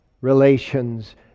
relations